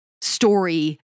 story